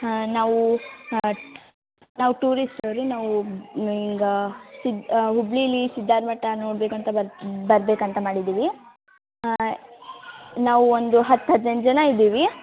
ನಾವು ನಾವು ಟೂರಿಸ್ಟವ್ರು ರೀ ನಾವು ಹಿಂಗಾ ಸಿದ್ ಹುಬ್ಬಳ್ಳೀಲಿ ಸಿದ್ಧರ ಮಠ ನೋಡಬೇಕಂತ ಬರ್ತಾ ಬರಬೇಕಂತ ಮಾಡಿದ್ದೀವಿ ನಾವು ಒಂದು ಹತ್ತು ಹದಿನೆಂಟು ಜನ ಇದ್ದೀವಿ